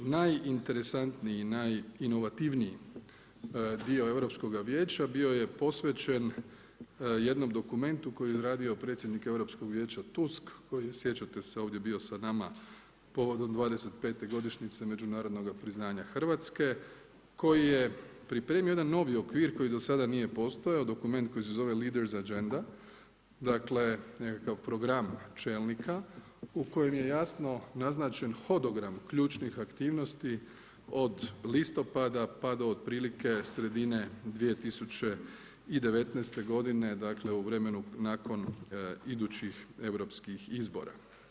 Najinteresantniji i najinovativniji dio Europskoga vijeća bio je posvećen jednom dokumentu koji je izradio predsjednik Europskog vijeća Tusk koji je, sjećate se, ovdje bio sa nama povodom 25 godišnjice međunarodnog priznanja Hrvatske, koji je pripremio jedan novi okvir koji do sada nije postojao, dokument koji se zove Leader's Agenda, dakle nekakv program čelnika, u kojem je jasno naznačen hodogram ključnih aktivnosti od listopada pa do otprilike sredine 2019. godine, dakle u vremenu nakon idućih europskih izbora.